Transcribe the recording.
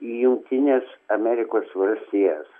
į jungtines amerikos valstijas